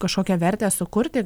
kažkokią vertę sukurti